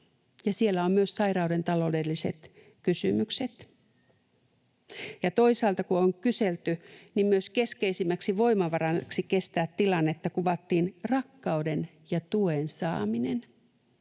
siellä on myös sairauden taloudelliset kysymykset. Ja toisaalta, kun on kyselty, niin myös keskeisimmäksi voimavaraksi kestää tilannetta kuvattiin rakkauden ja tuen saaminen